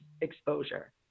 exposure